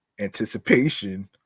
Anticipation